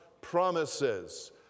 promises